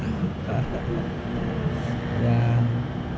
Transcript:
ya